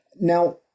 Now